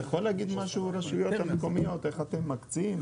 אתה יכול להגיד משהו על איך אתם מקצים?